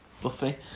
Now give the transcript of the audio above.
buffy